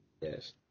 Yes